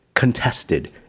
Contested